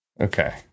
Okay